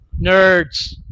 Nerds